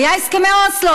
היו הסכמי אוסלו,